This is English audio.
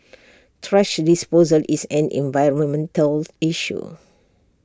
thrash disposal is an environmental issue